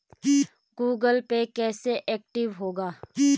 Google Pay कैसे active होगा?